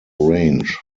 range